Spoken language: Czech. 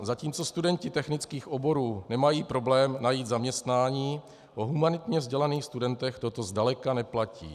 Zatímco studenti technických oborů nemají problém najít zaměstnání, o humanitně vzdělaných studentech toto zdaleka neplatí.